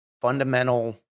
fundamental